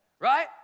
Right